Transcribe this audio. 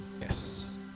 yes